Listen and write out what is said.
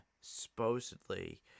supposedly